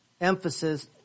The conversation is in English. emphasis